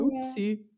Oopsie